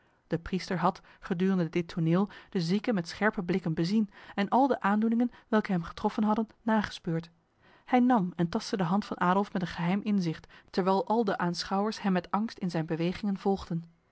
de priester had gedurende dit toneel de zieke met scherpe blikken bezien en al de aandoeningen welke hem getroffen hadden nagespeurd hij nam en tastte de hand van adolf met een geheim inzicht terwijl al de aanschouwers hem met angst in zijn bewegingen volgden